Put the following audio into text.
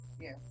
Yes